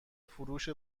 فروش